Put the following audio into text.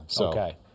Okay